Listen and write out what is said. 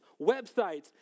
websites